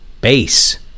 base